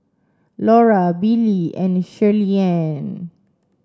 Laura Billie and Shirleyann